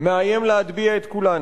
מאיים להטביע את כולנו.